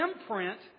imprint